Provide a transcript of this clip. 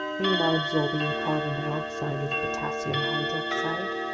meanwhile absorbing the carbon dioxide with potassium hydroxide?